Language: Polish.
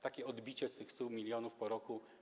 Takie odbicie z tych 100 mln po roku.